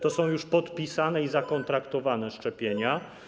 To są już podpisane i zakontraktowane szczepienia.